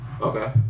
Okay